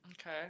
Okay